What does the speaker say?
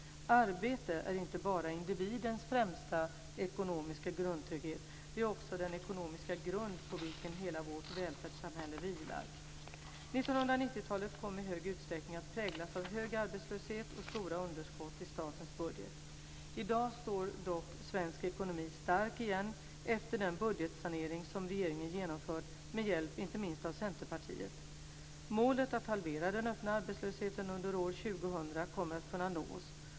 Arbete är inte bara individens främsta ekonomiska grundtrygghet. Det är också den ekonomiska grund på vilken hela vårt välfärdssamhälle vilar. 1990-talet kom i stor utsträckning att präglas av hög arbetslöshet och stora underskott i statens budget. I dag står dock svensk ekonomi stark igen efter den budgetsanering som regeringen genomfört, med hjälp inte minst av Centerpartiet. Målet att halvera den öppna arbetslösheten under år 2000 kommer att kunna nås.